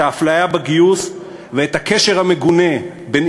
את האפליה בגיוס ואת הקשר המגונה בין